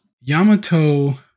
Yamato